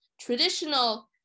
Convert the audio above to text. traditional